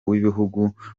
w’ibihugu